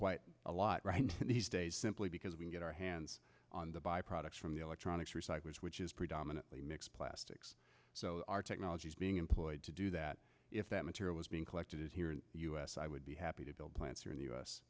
quite a lot these days simply because we get our hands on the by products from the electronics recyclers which is predominantly mixed plastics so our technology is being employed to do that if that material is being collected here in the u s i would be happy to build plants here in the u